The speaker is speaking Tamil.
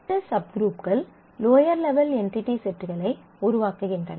இந்த சப் குரூப்க்கள் லோயர் லெவல் என்டிடி செட்களை உருவாக்குகின்றன